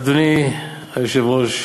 אדוני היושב-ראש,